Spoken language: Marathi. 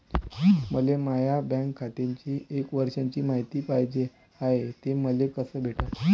मले माया बँक खात्याची एक वर्षाची मायती पाहिजे हाय, ते मले कसी भेटनं?